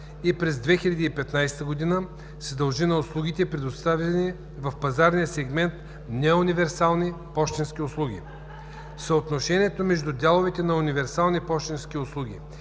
и през 2015 г. се дължи на услугите, предоставяни в пазарния сегмент неуниверсални пощенски услуги. Съотношението между дяловете на универсални пощенски услуги